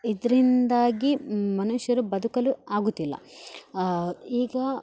ಇದ್ರಿಂದಾಗಿ ಮನುಷ್ಯರು ಬದುಕಲು ಆಗುತ್ತಿಲ್ಲ ಈಗ